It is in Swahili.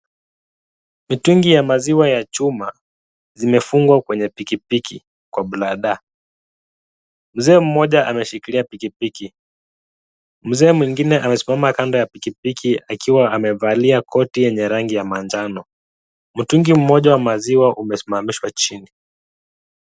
Mitungi ya maziwa ya chuma imefungwa kwenye pikipiki kwa bladder , mzee mmoja ameshikilia pikipiki, mzee mwingine amesimama kando ya pikipiki akiwa amevalia koti yenye rangi ya manjano. Mtungi mmoja wa maziwa umesimamishwa chini.